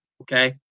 Okay